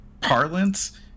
parlance